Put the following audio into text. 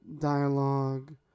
dialogue